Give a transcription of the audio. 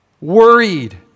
worried